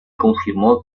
confirmó